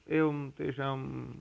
एवं तेषाम्